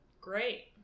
great